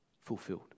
fulfilled